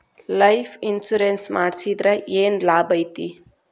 Life insurance ಮಾಡ್ಸಿದ್ರ ಏನ್ ಲಾಭೈತಿ?